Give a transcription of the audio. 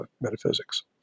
metaphysics